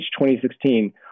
2016